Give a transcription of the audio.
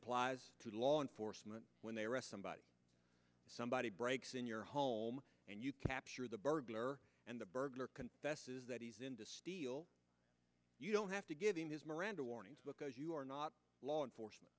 applies to law enforcement when they arrest somebody somebody breaks in your home and you capture the burglar and the burglar confesses that you don't have to give him his miranda warnings because you are not law enforcement